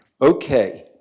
Okay